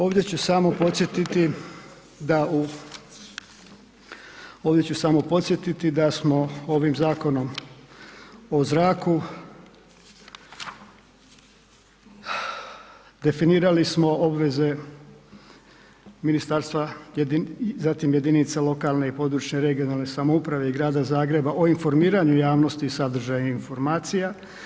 Ovdje ću samo podsjetiti da u, ovdje ću samo podsjetiti da smo ovim zakonom o zraku definirali smo obveze ministarstva, zatim jedinice lokalne i područne (regionalne) samouprave i Grada Zagreba o informiranju javnosti i sadržaju informacija.